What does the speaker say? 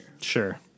Sure